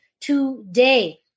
today